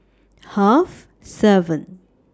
Half seven